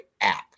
app